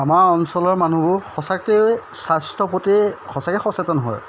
আমাৰ অঞ্চলৰ মানুহবোৰ সঁচাকৈয়ে স্বাস্থ্য প্ৰতি সঁচাকৈ সচেতন হয়